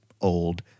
old